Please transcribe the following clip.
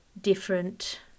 different